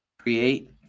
create